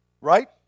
Right